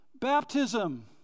Baptism